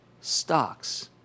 Stocks